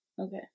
Okay